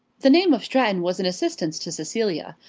the name of stratton was an assistance to cecilia,